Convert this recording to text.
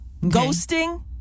Ghosting